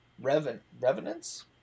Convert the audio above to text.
Revenance